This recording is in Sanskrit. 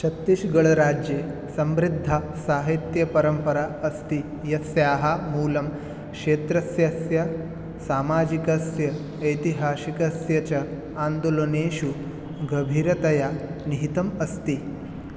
छत्तीष्गढ़् राज्ये समृद्धा साहित्यपरम्परा अस्ति यस्याः मूलं क्षेत्रस्यास्य सामाजिकस्य ऐतिहासिकस्य च आन्दोलोनेषु गभिरतया निहितम् अस्ति